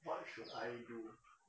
what should I do